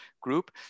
group